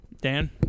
Dan